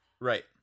right